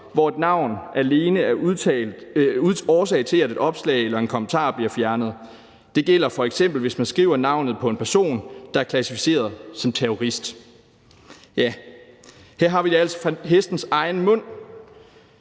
hvor et navn alene er årsag til, at et opslag eller en kommentar bliver fjernet. Det gælder f.eks., hvis man skriver navnet på en person, der er klassificeret som terrorist. Ja, her har vi det altså fra hestens egen mund